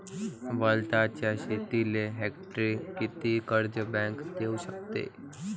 वलताच्या शेतीले हेक्टरी किती कर्ज बँक देऊ शकते?